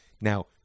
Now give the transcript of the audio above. Now